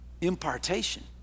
impartation